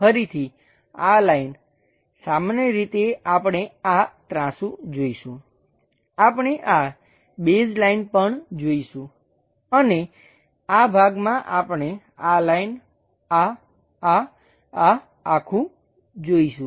ફરીથી આ લાઈન સામાન્ય રીતે આપણે આ ત્રાસું જોઈશું આપણે આ બેઝલાઈન પણ જોઈશું અને આ ભાગમાં આપણે આ લાઈન આ આ આખું જોઈશું